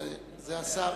השר